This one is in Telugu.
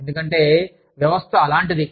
ఎందుకంటే వ్యవస్థ అలాంటిది